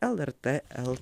lrt lt